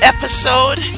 Episode